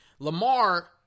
Lamar